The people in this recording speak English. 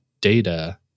data